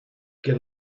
get